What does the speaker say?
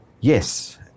yes